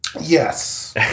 Yes